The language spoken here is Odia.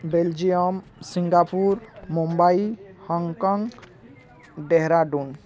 Belgium Singapore Mumbai Hong Kong Dehradun